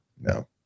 No